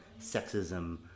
sexism